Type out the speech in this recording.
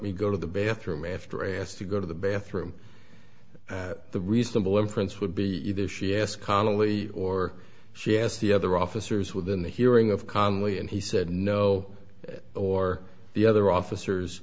me go to the bathroom after a has to go to the bathroom the reasonable inference would be either she asked connally or she asked the other officers within the hearing of calmly and he said no or the other officers